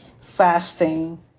fasting